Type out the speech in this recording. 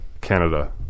canada